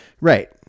right